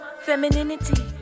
Femininity